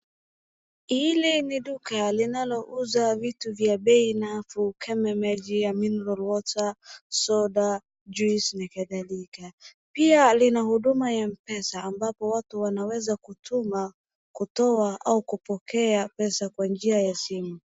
Hili ni duka linalouza vitu vya bei nafuu kama maji ya mineral water , soda juice na kadhalika. Pia linahuduma ya Mpesa ambapo watu wanaweza kutuma, kutoa au kupokea pesa kwa njia ya simu.